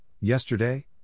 yesterday